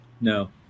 No